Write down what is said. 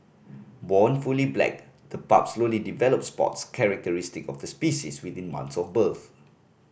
born fully black the pups slowly develop spots characteristic of the species within months of birth